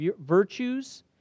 virtues